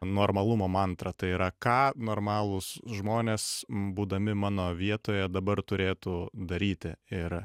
normalumo mantra tai yra ką normalūs žmonės būdami mano vietoje dabar turėtų daryti ir